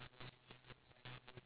one way trip ah